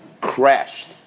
crashed